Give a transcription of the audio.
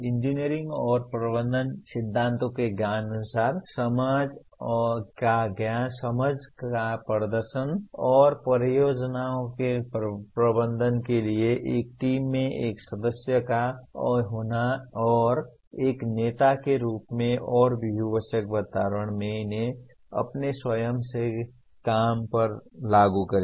engineering और प्रबंधन सिद्धांतों के ज्ञान और समझ का प्रदर्शन और परियोजनाओं के प्रबंधन के लिए एक टीम में एक सदस्य और एक नेता के रूप में और बहु विषयक वातावरण में इन्हें अपने स्वयं के काम पर लागू करें